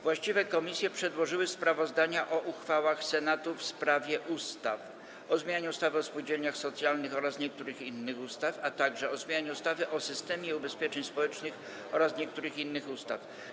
Właściwe komisje przedłożyły sprawozdania o uchwałach Senatu w sprawie ustaw: - o zmianie ustawy o spółdzielniach socjalnych oraz niektórych innych ustaw, - o zmianie ustawy o systemie ubezpieczeń społecznych oraz niektórych innych ustaw.